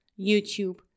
YouTube